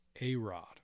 A-Rod